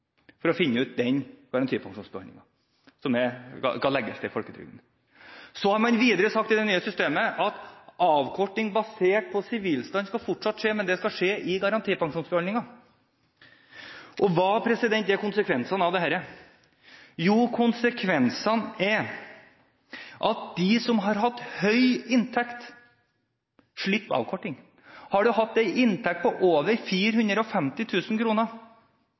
for å finne frem til den garantipensjonsbeholdningen som skal legges til folketrygden. Så har man videre sagt i det nye systemet at avkorting basert på sivilstand fortsatt skal skje, men at det skal skje i garantipensjonsbeholdningen. Og hva er konsekvensene av dette? Jo, konsekvensene er at de som har hatt høy inntekt, slipper avkorting. Har du hatt en inntekt på over